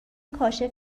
کاشف